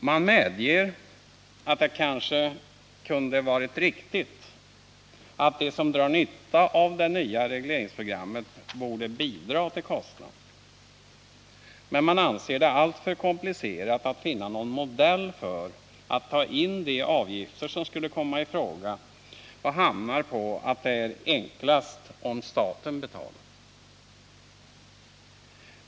Man medger att det kanske kunde vara riktigt att de som drar nytta av det nya regleringsprogrammet borde bidra till kostnaden. men man anser det alltför komplicerat att finna någon modell för att ta in de avgifter som skulle komma i fråga och hamnar på den ståndpunkten att det är enklast att staten betalar.